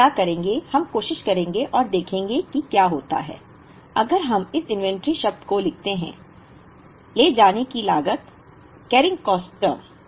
अब हम क्या करेंगे हम कोशिश करेंगे और देखेंगे कि क्या होता है अगर हम इस इन्वेंट्री शब्द को लिखते हैं ले जाने की लागत अवधि कैरिंग कॉस्ट टर्म